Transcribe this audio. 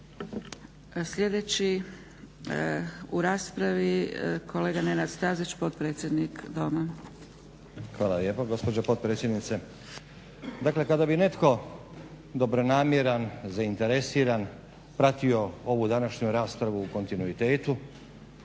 Sljedeći u raspravi kolega Nenad Stazić potpredsjednik Doma. **Stazić, Nenad (SDP)** Hvala lijepo gospođo potpredsjednice. Dakle kada bi netko dobronamjeran, zainteresiran pratio ovu današnju raspravu u kontinuitetu